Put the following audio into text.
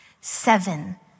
Seven